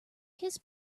kiss